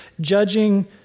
judging